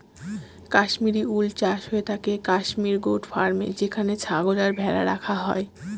কাশ্মিরী উল চাষ হয়ে থাকে কাশ্মির গোট ফার্মে যেখানে ছাগল আর ভেড়া রাখা হয়